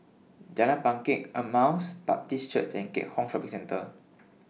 Jalan Bangket Emmaus Baptist Church and Keat Hong Shopping Centre